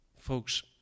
Folks